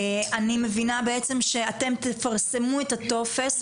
אני מבינה בעצם שאתם תפרסמו את הטופס,